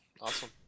Awesome